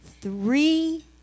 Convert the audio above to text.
three